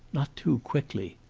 not too quickly,